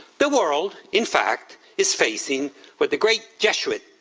the world, in fact, is facing what the great jesuit,